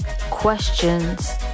questions